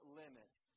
limits